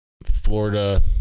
Florida